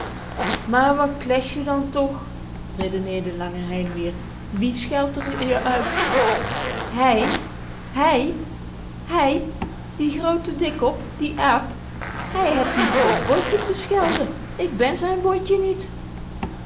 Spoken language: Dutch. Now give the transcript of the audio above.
maar wat kies je dan toch redeneerde lange hein weer wiè scheldt r je uit hij hij hij die groote dikkop die aap hij het niet voor botje te schelden ik ben zijn botje niet